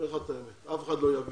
אני אומר לך את האמת, אף אחד לא יביא